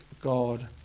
God